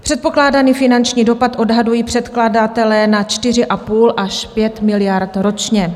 Předpokládaný finanční dopad odhadují předkladatelé na 4,5 až 5 miliard korun ročně.